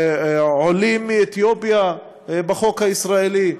עולים מאתיופיה בחוק הישראלי,